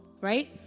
right